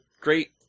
great